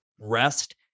rest